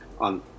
on